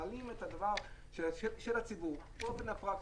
מעלים את הדבר של הציבור באופן הפרקטי,